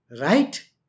Right